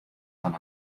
fan